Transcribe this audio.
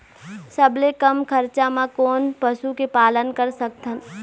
सबले कम खरचा मा कोन पशु के पालन कर सकथन?